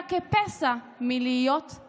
לא ראיתי אותו ככה הרבה זמן פועל עם כל הגוף וכל הנשמה,